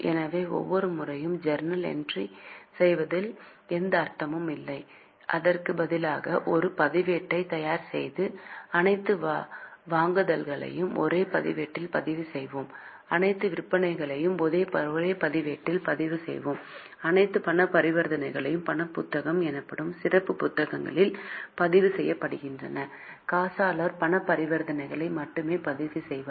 எனவே ஒவ்வொரு முறையும் ஜர்னல் என்ட்ரி செய்வதில் எந்த அர்த்தமும் இல்லை அதற்கு பதிலாக ஒரு பதிவேட்டை தயார் செய்து அனைத்து வாங்குதல்களையும் ஒரே பதிவேட்டில் பதிவு செய்வோம் அனைத்து விற்பனையும் ஒரே பதிவேட்டிலும் அனைத்து பண பரிவர்த்தனைகளும் பண புத்தகம் எனப்படும் சிறப்பு புத்தகத்தில் பதிவு செய்யப்படுகின்றன காசாளர் பண பரிவர்த்தனைகளை மட்டுமே பதிவு செய்வார்